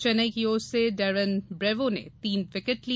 चेन्नेई की ओर से डेरेन ब्रेबो ने तीन विकेट लिए